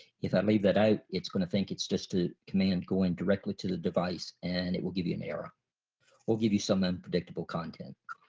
if i leave that out it's gonna think it's just a command going directly to the device and it will give you an error or give you some unpredictable content.